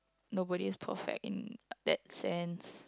nobody is perfect in that sense